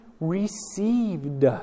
received